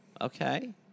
Okay